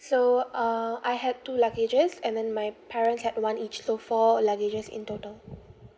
so uh I had two luggages and then my parents had one each so four luggages in total